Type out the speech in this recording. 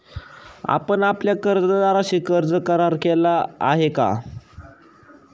आपण आपल्या कर्जदाराशी कर्ज करार केला आहे का?